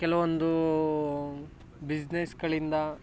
ಕೆಲವೊಂದು ಬಿಸ್ನೆಸ್ಗಳಿಂದ